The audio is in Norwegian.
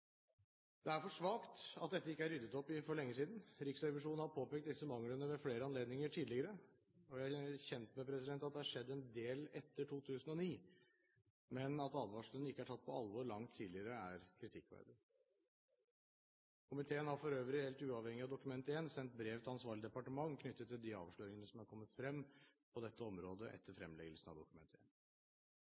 Det er for svakt at dette ikke er ryddet opp i for lenge siden. Riksrevisjonen har påpekt disse manglene ved flere anledninger tidligere. Vi er kjent med at det er skjedd en del etter 2009, men at advarslene ikke er tatt på alvor langt tidligere, er kritikkverdig. Komiteen har for øvrig, helt uavhengig av Dokument 1, sendt brev til ansvarlig departement knyttet til de avsløringene som er kommet frem på dette området etter fremleggelsen av Dokument